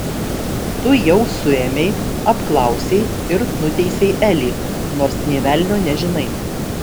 tu jau suėmei apklausei ir nuteisei elį nors nė velnio nežinai